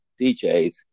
DJs